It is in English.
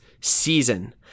season